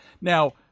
Now